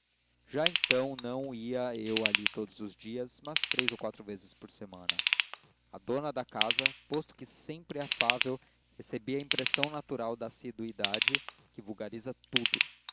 já então não ia eu ali todos os dias mas três ou quatro vezes por semana a dona da casa posto que sempre afável recebia a impressão natural da assiduidade que vulgariza tudo